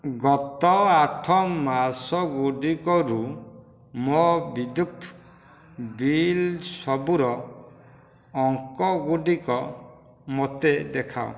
ଗତ ଆଠ ମାସ ଗୁଡ଼ିକରୁ ମୋ ବିଦ୍ୟୁତ୍ ବିଲ୍ ସବୁର ଅଙ୍କଗୁଡ଼ିକ ମୋତେ ଦେଖାଅ